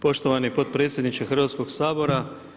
Poštovani potpredsjedniče Hrvatskoga sabora.